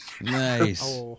Nice